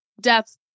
death